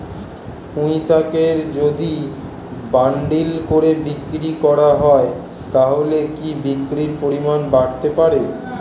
পুঁইশাকের যদি বান্ডিল করে বিক্রি করা হয় তাহলে কি বিক্রির পরিমাণ বাড়তে পারে?